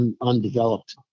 undeveloped